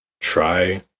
try